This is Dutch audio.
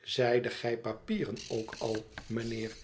zeidet gij papieren ook al mijnheer